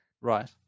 Right